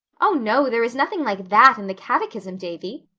oh, no, there is nothing like that in the catechism, davy.